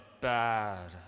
bad